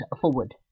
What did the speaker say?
forward